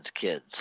kids